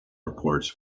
reports